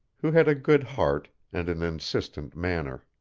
who had a good heart and an insistent manner.